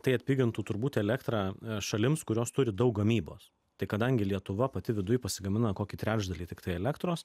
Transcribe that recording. tai atpigintų turbūt elektrą šalims kurios turi daug gamybos tai kadangi lietuva pati viduj pasigamina kokį trečdalį tiktai elektros